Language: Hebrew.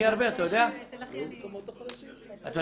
בשכונות הכי חלשות.